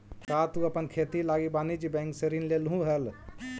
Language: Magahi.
का तु अपन खेती लागी वाणिज्य बैंक से ऋण लेलहुं हल?